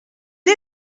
est